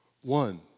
one